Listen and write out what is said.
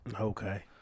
Okay